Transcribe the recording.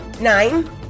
Nine